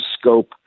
scope